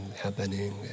happening